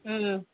હમ